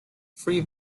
free